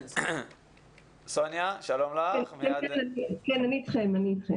כן, אני אתכם.